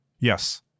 Yes